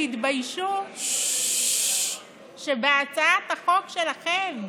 תתביישו שהצעת החוק שלכם,